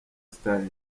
style